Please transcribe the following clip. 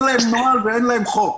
אין להם נוהל ואין להם חוק.